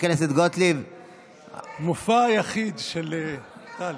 מופע היחיד של טלי.